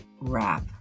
wrap